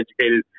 educated